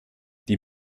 die